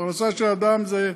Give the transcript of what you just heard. פרנסה של אדם זה,